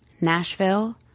nashville